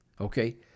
Okay